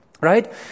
right